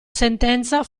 sentenza